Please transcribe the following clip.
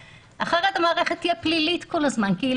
אחרת המערכת תהיה פלילית כל הזמן כי היא